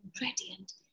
ingredient